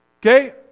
Okay